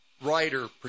writer